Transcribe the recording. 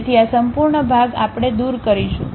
તેથી આ સંપૂર્ણ ભાગ આપણે દૂર કરીશું